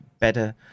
better